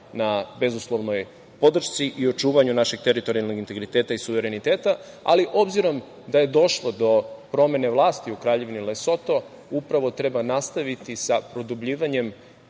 na bezuslovnoj podršci i očuvanju našeg teritorijalnog integriteta i suvereniteta. Ali, obzirom da je došlo do promene vlasti u Kraljevini Lesoto, upravo treba nastaviti sa produbljivanjem